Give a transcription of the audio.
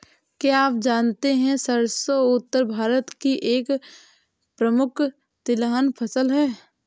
क्या आप जानते है सरसों उत्तर भारत की एक प्रमुख तिलहन फसल है?